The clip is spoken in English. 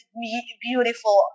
beautiful